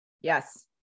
Yes